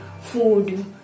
food